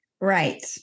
Right